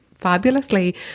fabulously